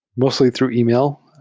mostly through email,